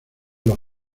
los